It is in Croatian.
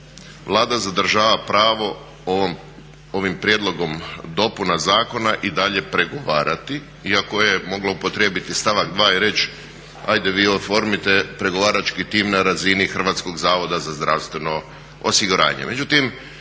Vlada zadržava pravo ovim prijedlogom dopuna zakona i dalje pregovarati, iako je mogla upotrijebiti stavak 2.i reći ajde vi oformite pregovarački tim na razini HZZO-a. Međutim Vlada Rh ima